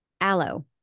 aloe